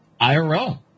IRL